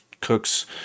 cooks